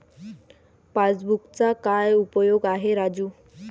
पासबुकचा काय उपयोग आहे राजू?